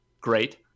great